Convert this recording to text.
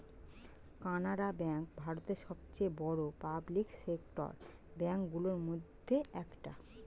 Canara Bank ভারতের সবচেয়ে বড় পাবলিক সেক্টর ব্যাঙ্ক গুলোর মধ্যে একটা